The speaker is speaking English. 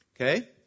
Okay